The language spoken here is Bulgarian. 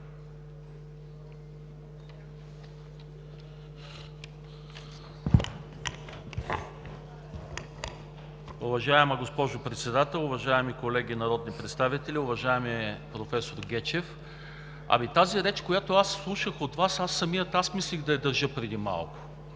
Уважаема госпожо Председател, уважаеми колеги народни представители! Уважаеми професор Гечев, тази реч, която чух от Вас, самият аз мислех да я държа преди малко.